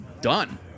Done